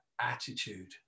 attitude